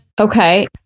Okay